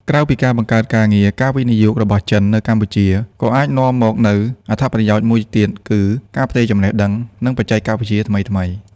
ក្រៅពីការបង្កើតការងារ ការវិនិយោគរបស់ចិននៅកម្ពុជាក៏អាចនាំមកនូវអត្ថប្រយោជន៍មួយទៀតគឺការផ្ទេរចំណេះដឹង និងបច្ចេកវិទ្យាថ្មីៗ។